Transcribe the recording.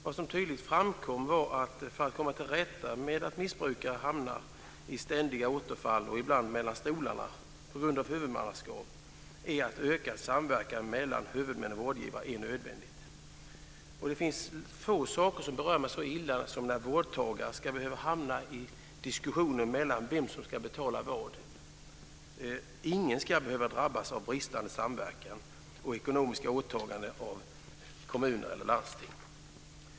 Vad som tydligt framkom var att för att komma till rätta med att missbrukare hamnar i ständiga återfall, och ibland hamnar mellan stolarna på grund av huvudmannaskapet, är det nödvändigt att öka samverkan mellan huvudmän och vårdgivare. Det finns få saker som berör mig så illa som när vårdtagare ska behöva hamna i diskussioner om vem som ska betala vad. Ingen ska behöva drabbas av bristande samverkan i fråga om ekonomiska åtaganden från kommuner eller landsting.